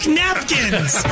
napkins